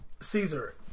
Caesar